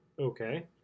Okay